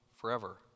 forever